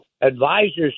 advisors